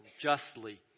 justly